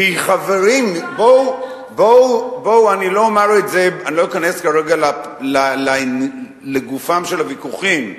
חברים, אני לא אכנס כרגע לגופם של הוויכוחים,